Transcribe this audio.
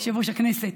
יושב-ראש הכנסת,